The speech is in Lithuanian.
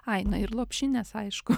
ai na ir lopšinės aišku